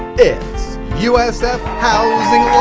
it's usf housing